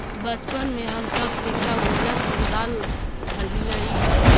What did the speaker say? बचपन में हम सब सिक्का गुल्लक में डालऽ हलीअइ